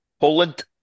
Poland